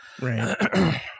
Right